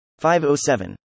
507